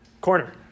Corner